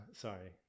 sorry